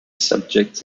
subjects